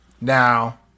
Now